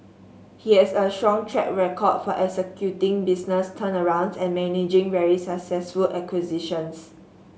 he has a strong track record of executing business turnarounds and managing very successful acquisitions